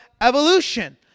evolution